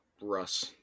Russ